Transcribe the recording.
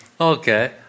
Okay